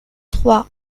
trois